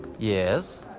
yes!